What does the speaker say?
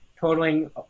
totaling